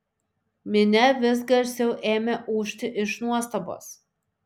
minia vis garsiau ėmė ūžti iš nuostabos